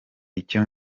icyo